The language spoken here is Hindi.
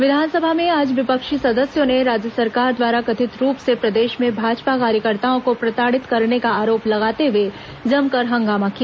विधानसभा में आज विपक्षी सदस्यों ने राज्य सरकार द्वारा कथित रूप से प्रदेश में भाजपा कार्यकर्ताओं को प्रताड़ित करने का आरोप लगाते हुए जमकर हंगामा किया